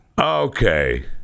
Okay